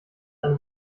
eine